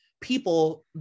people